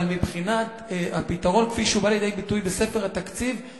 אבל מבחינת הפתרון כפי שהוא בא לידי ביטוי בספר התקציב,